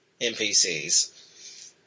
NPCs